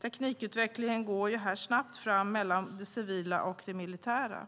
Teknikutvecklingen går snabbt fram mellan det civila och det militära.